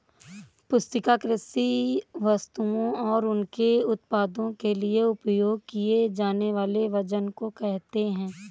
पुस्तिका कृषि वस्तुओं और उनके उत्पादों के लिए उपयोग किए जानेवाले वजन को कहेते है